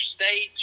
states